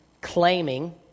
claiming